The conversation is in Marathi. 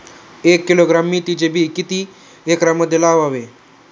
एक किलोग्रॅम मेथीचे बी किती एकरमध्ये लावावे?